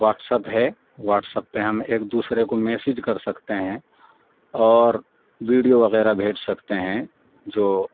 what's up ہے WhatsApp پہ ہم ایک دوسرے کو میسج کر سکتے ہیں اور ویڈیو وغیرہ بھیج سکتے ہیں جو